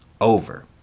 over